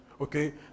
Okay